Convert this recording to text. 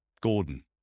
Gordon